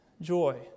joy